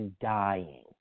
dying